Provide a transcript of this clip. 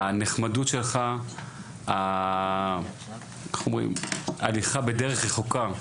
הנחמדות שלך, ההליכה בדרך רחוקה,